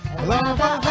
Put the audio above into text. Lava